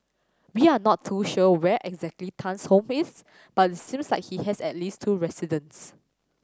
we are not too sure where exactly Tan's home is but it seems like he has at least two residences